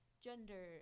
gender